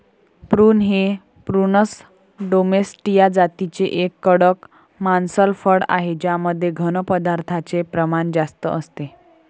prune हे prunus domestica जातीचे एक कडक मांसल फळ आहे ज्यामध्ये घन पदार्थांचे प्रमाण जास्त असते